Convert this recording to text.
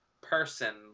person